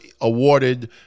awarded